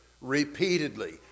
repeatedly